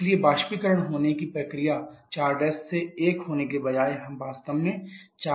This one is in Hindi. इसलिए वाष्पीकरण होने की प्रक्रिया 4 से 1 होने के बजाय हम वास्तव में 4 से 1 से जा रहे हैं